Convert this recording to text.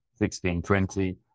1620